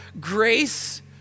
grace